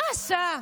מה עשה,